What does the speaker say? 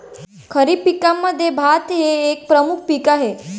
खरीप पिकांमध्ये भात हे एक प्रमुख पीक आहे